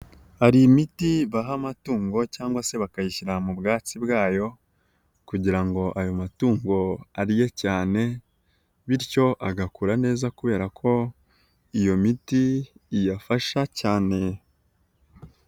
Hari imiti baha amatungo cyangwa se bakayishyira mu bwatsi bwayo, kugira ngo ayo matungo arye cyane, bityo agakura neza kubera ko iyo miti iyafasha cyane.